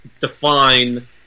define